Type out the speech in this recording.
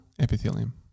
epithelium